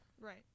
Right